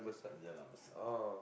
Jalan-Besar